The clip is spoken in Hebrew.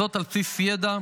זאת על בסיס ידע,